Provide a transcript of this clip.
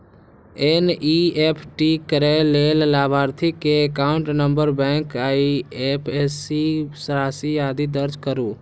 NEFT करै लेल लाभार्थी के एकाउंट नंबर, बैंक, आईएपएससी, राशि, आदि दर्ज करू